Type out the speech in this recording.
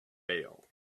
bail